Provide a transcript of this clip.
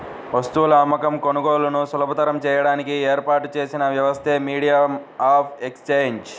వస్తువుల అమ్మకం, కొనుగోలులను సులభతరం చేయడానికి ఏర్పాటు చేసిన వ్యవస్థే మీడియం ఆఫ్ ఎక్సేంజ్